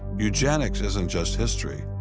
eugenics isn't just history.